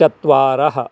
चत्वारः